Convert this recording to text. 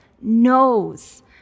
knows